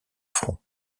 fronts